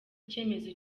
icyemezo